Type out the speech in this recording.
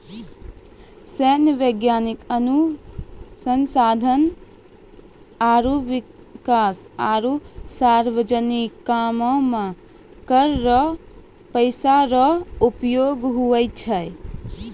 सैन्य, वैज्ञानिक अनुसंधान आरो बिकास आरो सार्वजनिक कामो मे कर रो पैसा रो उपयोग हुवै छै